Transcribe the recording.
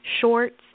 shorts